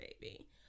Baby